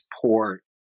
support